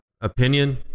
opinion